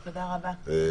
יעל רון בן משה (כחול לבן): תודה רבה.